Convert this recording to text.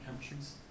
countries